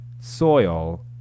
soil